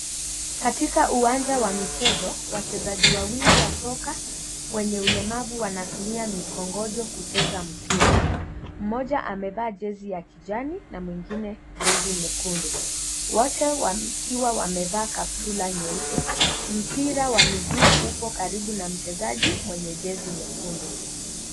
Katika uwanja wa michezo, wachezaji wawili wa soka wenye ulemavu wanatumia mikongojo kucheza mpira. Moja amevaa Jessy ya kijani na mwengine jesi nyekundu, wote wakiwa wamevaa kaptura nyeupe. Mpira wa mguu upo karibu na mchezaji mwenye Jessy nyekundu.